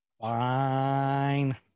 fine